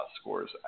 scores